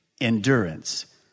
endurance